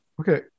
Okay